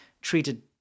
treated